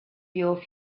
your